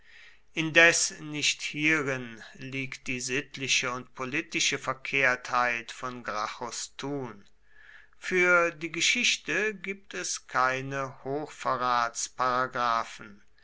indes nicht hierin liegt die sittliche und politische verkehrtheit von gracchus tun für die geschichte gibt es keine